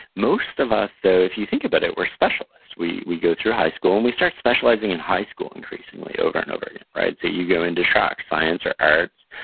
most of those, though, if you think about it, we're specialists. we we go through high school and we start specializing in high school, increasingly, over and over again, right? so, you go into tracks, science or arts.